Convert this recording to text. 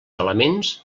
elements